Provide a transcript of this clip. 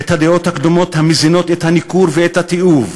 את הדעות הקדומות המזינות את הניכור ואת התיעוב.